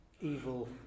evil